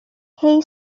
সেই